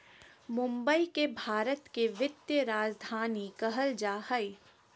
मुंबई के भारत के वित्तीय राजधानी कहल जा हइ